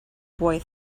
boy